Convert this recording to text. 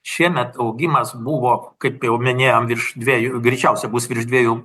šiemet augimas buvo kaip jau minėjom virš dviejų greičiausia bus virš dviejų